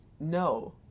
no